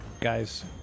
guys